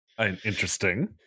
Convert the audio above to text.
Interesting